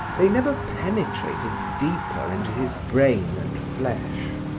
they never penetrated deeper into his brain and flesh.